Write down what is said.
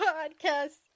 Podcast